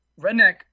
Redneck